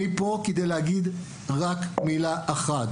אני פה כדי להגיד רק מילה אחת